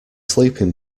sleeping